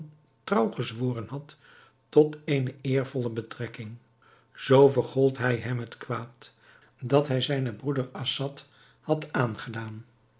trouw gezworen had tot eene eervolle betrekking zoo vergold hij hem het kwaad dat hij zijn broeder assad had aangedaan